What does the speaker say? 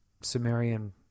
Sumerian